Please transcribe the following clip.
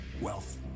wealth